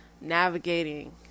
navigating